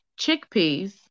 chickpeas